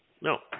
No